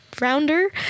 Rounder